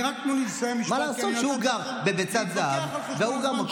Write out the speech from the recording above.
רק תן לי לסיים את המשפט, כי אני נתתי